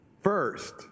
First